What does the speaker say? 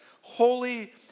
holy